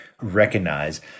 recognize